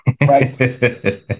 right